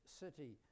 city